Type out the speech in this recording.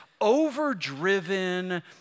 overdriven